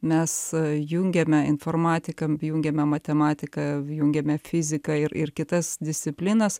mes jungiame informatiką jungiame matematiką jungiame fiziką ir ir kitas disciplinas